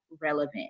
relevant